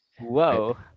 Whoa